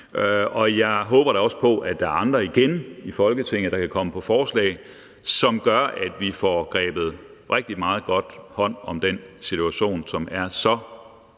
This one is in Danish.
og jeg håber da også på, at der er andre igen i Folketinget, der kan komme på forslag, som gør, at vi får taget rigtig meget hånd om den situation, som er så